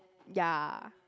ya